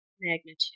magnitude